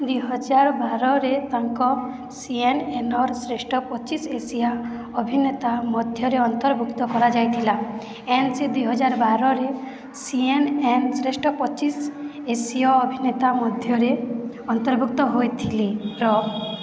ଦୁଇ ହଜାର ବାରରେ ତାଙ୍କୁ ସିଏନ୍ଏନ୍ର ଶ୍ରେଷ୍ଠ ପଚିଶି ଏସିୟ ଅଭିନେତା ମଧ୍ୟରେ ଅନ୍ତର୍ଭୁକ୍ତ କରାଯାଇଥିଲା ଏନ୍ ସେ ଦୁଇ ହଜାର ବାରରେ ସିଏନ୍ଏନ୍ ଶ୍ରେଷ୍ଠ ପଚିଶ ଏସିୟ ଅଭିନେତା ମଧ୍ୟରେ ଅନ୍ତର୍ଭୁକ୍ତ ହୋଇଥିଲେ